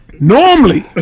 Normally